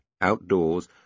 outdoors